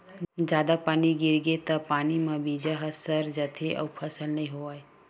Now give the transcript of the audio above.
जादा पानी गिरगे त पानी म बीजा ह सर जाथे अउ फसल नइ होवय